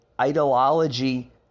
ideology